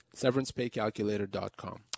severancepaycalculator.com